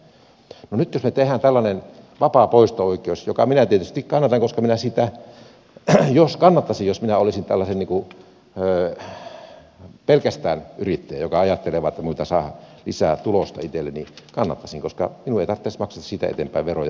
no nyt jos me teemme tällaisen vapaan poisto oikeuden jota minä tietysti kannattaisin jos minä olisin pelkästään yrittäjä joka ajattelee vain että minun pitää saada lisää tulosta itselleni kannattaisin koska minun ei tarvitsisi maksaa siitä eteenpäin veroja ollenkaan